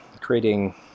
creating